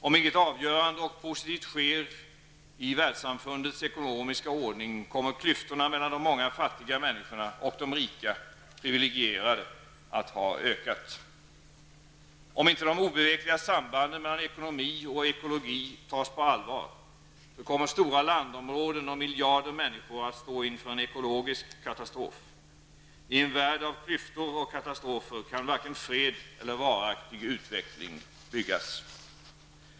Om inget avgörande och positivt sker i fråga om världssamfundets ekonomiska ordning, kommer klyftorna mellan de många fattiga människorna och de rika, priviligierade, att öka. Om inte de obevekliga sambanden mellan ekonomi och ekologi tas på allvar, kommer stora landområden och miljarder människor att stå inför en ekologisk katastrof. I en värld av klyftor och katastrofer kan varken fred eller varaktig utveckling byggas.